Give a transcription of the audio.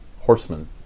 horsemen